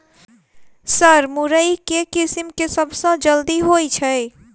Sir मुरई केँ किसिम केँ सबसँ जल्दी होइ छै?